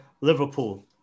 Liverpool